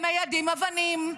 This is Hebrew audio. הם מיידים אבנים,